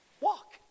walk